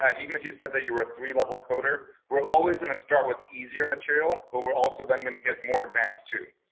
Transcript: ah even if you said that you were a three level coder. we're always gonna start with easier material. but we're also then gonna get more advanced to.